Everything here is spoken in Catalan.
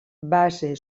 base